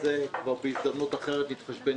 כבר בהזדמנות אחרת התחשבן,